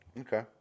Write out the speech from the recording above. Okay